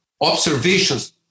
Observations